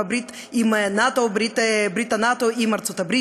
עם נאט"ו או ברית נאט"ו עם ארצות-הברית,